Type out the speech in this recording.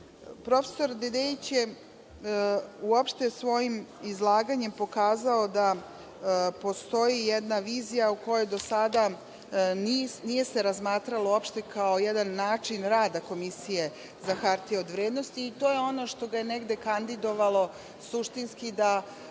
Profesor Dedeić je uopšte svojim izlaganje pokazao da postoji jedna vizija u kojoj do sada se uopšte nije razmatralo, kao jedan način rada Komisije za hartije od vrednosti, i to je ono što ga je negde kandidovalo suštinski da